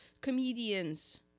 comedians